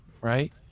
right